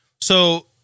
So-